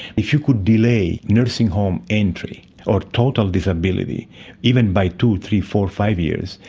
if you could delay nursing home entry or total disability even by two, three, four, five years,